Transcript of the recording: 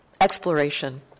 exploration